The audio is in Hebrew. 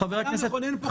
אתה מכונן פה חוקה קבועה.